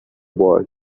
bar